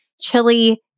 chili